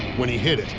when he hit it,